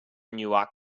newark